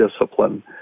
discipline